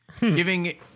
Giving